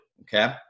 Okay